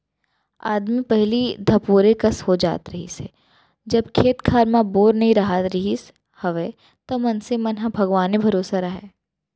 आदमी पहिली धपोरे कस हो जात रहिस हे जब खेत खार म बोर नइ राहत रिहिस हवय त मनसे मन ह भगवाने भरोसा राहय